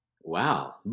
Wow